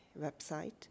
website